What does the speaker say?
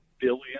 billion